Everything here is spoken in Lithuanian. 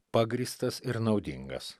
pagrįstas ir naudingas